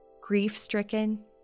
Grief-stricken